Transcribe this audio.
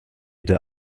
der